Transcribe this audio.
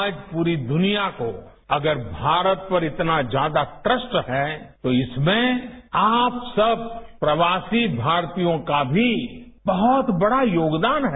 आज पूरी दुनिया को अगर भारत पर इतना ज्यादा ट्रस्ट है तो इसमें आप सब प्रवासी भारतीयों का भी बहुत बड़ा योगदान है